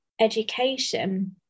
education